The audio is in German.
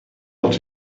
noch